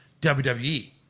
WWE